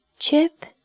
Chip